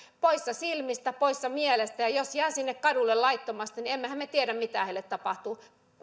poissa silmistä poissa mielestä jos sinne kadulle jää laittomasti niin emmehän me tiedä mitä heille tapahtuu